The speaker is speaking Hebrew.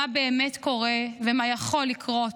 מה באמת קורה ומה יכול לקרות.